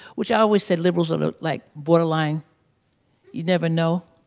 which i always said liberals are like borderline you never know.